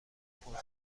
فرصت